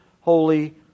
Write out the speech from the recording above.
holy